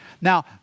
Now